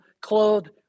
clothed